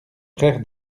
frère